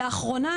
לאחרונה,